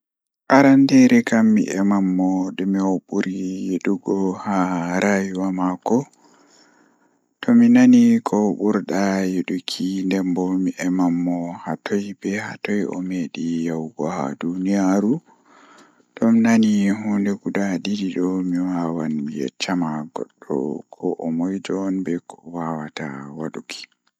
Arandeere kam mi eman mo dume o buri yidugo haa rayuwa maako tomi nani ko o buradaa yiduki mi eman mo dume be dume o burdaa yiduki haa duniyaaru tomi nani hunde didi do mi wawan mi yecca ma goddo ko o moijo be ko o wawata waduki.